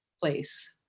place